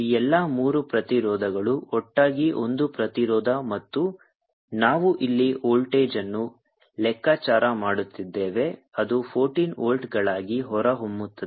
ಈ ಎಲ್ಲಾ ಮೂರು ಪ್ರತಿರೋಧಗಳು ಒಟ್ಟಾಗಿ ಒಂದು ಪ್ರತಿರೋಧ ಮತ್ತು ನಾವು ಇಲ್ಲಿ ವೋಲ್ಟೇಜ್ ಅನ್ನು ಲೆಕ್ಕಾಚಾರ ಮಾಡುತ್ತಿದ್ದೇವೆ ಅದು 14 ವೋಲ್ಟ್ಗಳಾಗಿ ಹೊರಹೊಮ್ಮುತ್ತದೆ